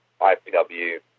IPW